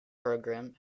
program